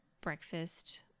breakfast